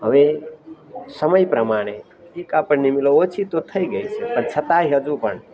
હવે સમય પ્રમાણે કાપડની મિલો ઓછી તો થઈ ગઈ છે પણ છતાય હજુ પણ